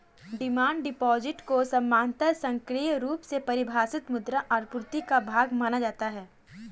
demand deposit को सामान्यतः संकीर्ण रुप से परिभाषित मुद्रा आपूर्ति का भाग माना जाता है